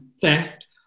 theft